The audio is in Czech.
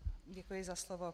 Děkuji za slovo.